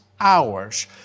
hours